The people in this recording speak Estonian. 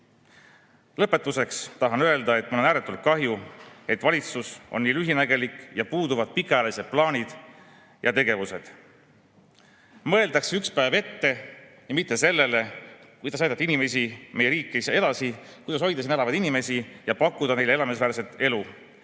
hoida. Lõpetuseks tahan öelda, et mul on ääretult kahju, et valitsus on lühinägelik ning puuduvad pikaajalised plaanid ja tegevused. Mõeldakse üks päev ette, aga mitte sellele, kuidas aidata inimesi, meie riiki edasi, kuidas hoida siin elavaid inimesi ja pakkuda neile elamisväärset elu.